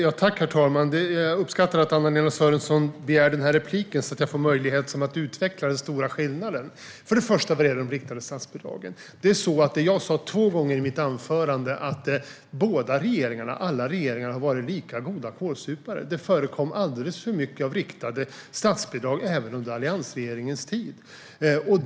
Herr talman! Jag uppskattar att Anna-Lena Sörenson begärde replik så att jag får möjlighet att utveckla den stora skillnaden. För det första vad gäller de riktade statsbidragen sa jag två gånger i mitt anförande att båda regeringarna, alla regeringar, har varit lika goda kålsupare. Det förekom alldeles för mycket av riktade statsbidrag även under alliansregeringens tid.